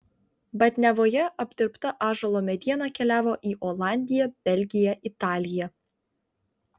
batniavoje apdirbta ąžuolo mediena keliavo į olandiją belgiją italiją